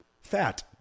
fat